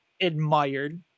admired